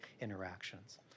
interactions